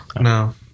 No